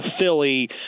Philly